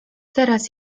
teraz